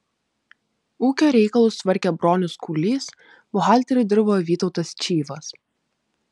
ūkio reikalus tvarkė bronius kūlys buhalteriu dirbo vytautas čyvas